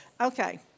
Okay